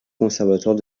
conservatoire